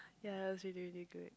ya it was really really good